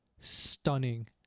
stunning